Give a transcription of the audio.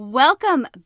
Welcome